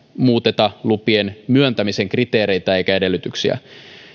muuteta lupien myöntämisen kriteereitä eikä edellytyksiä